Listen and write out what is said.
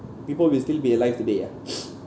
people will still be alive today ah